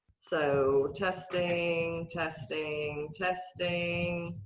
so testing, testing, testing.